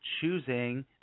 choosing